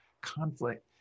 conflict